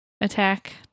attack